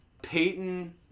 Peyton